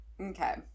okay